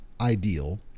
ideal